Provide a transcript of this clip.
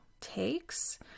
takes